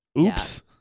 Oops